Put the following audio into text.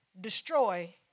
destroy